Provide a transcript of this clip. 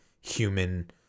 human